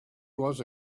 was